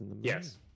yes